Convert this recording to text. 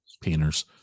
painters